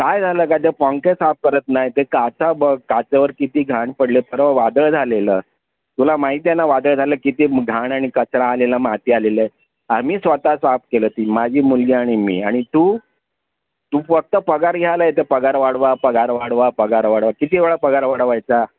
काय झालं काय ते पंखे साफ करत नाही ते काचा बघ काचेवर किती घाण पडली आहे सर्व वादळ झालेलं तुला माहिती आहे ना वादळ झालं की घाण आणि कचरा आलेला माती आलेली आहे आम्ही स्वतः साफ केलं ती माझी मुलगी आणि मी आणि तू तू फक्त पगार घ्यायला येते पगार वाढवा पगार वाढवा पगार वाढवा किती वेळा पगार वाढवायचा